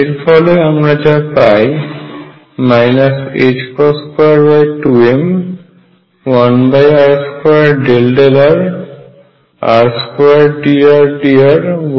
এর ফলে আমরা যা পাই 22m1r2∂r r2dRdrYR2mr2L2YVrRYERY